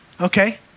Okay